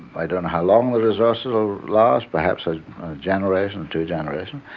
i don't know how long the resource will last, perhaps a generation, two generations.